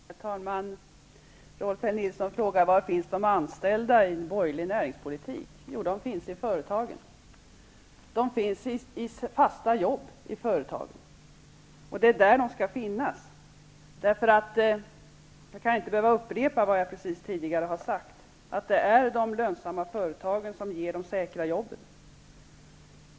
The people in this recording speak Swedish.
Herr talman! Rolf L. Nilson frågade: Var finns de anställda i en borgerlig näringspolitik? Jo, de finns i fasta jobb i företagen. Och det är där de skall finnas. Som jag alldeles nyss sade är det de lönsamma företagen som ger de säkra jobben.